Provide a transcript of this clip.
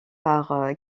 par